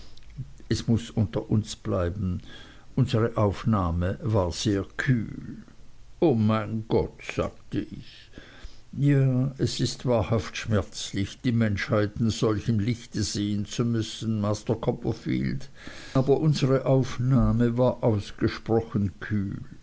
es muß das unter uns bleiben unsere aufnahme war kühl o mein gott sagte ich ja es ist wahrhaft schmerzlich die menschheit in solchem lichte sehen zu müssen master copperfield aber unsre aufnahme war ausgesprochen kühl